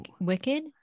Wicked